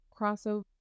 crossover